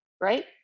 right